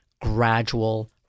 gradual